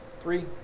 Three